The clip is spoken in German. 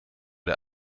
der